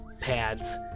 pads